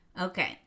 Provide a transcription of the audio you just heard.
Okay